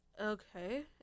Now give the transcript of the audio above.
Okay